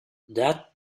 that